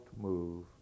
move